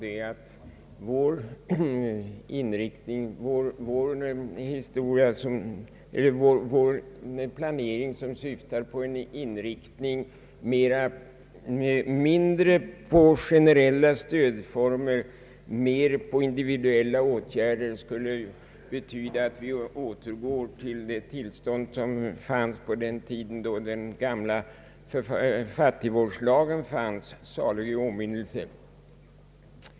Herr Birger Andersson sade att en planering som syftar till en inriktning mindre på generella stödformer och mer på individuella åtgärder skulle betyda att vi återgår till det tillstånd som rådde på den tiden då den gamla fattigvårdslagen fanns, salig i åminnelse.